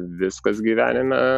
viskas gyvenime